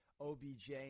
OBJ